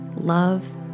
love